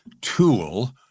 tool